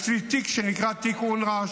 יש לי תיק שנקרא תיק אונר"א,